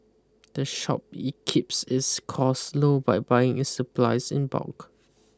the shop E keeps its costs low by buying its supplies in bulk